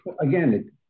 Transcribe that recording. again